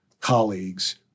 colleagues